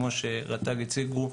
כמו שרט"ג הציגו,